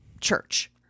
church